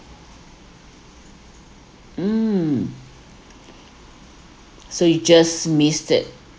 mm so you just missed it